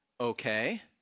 Okay